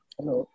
Hello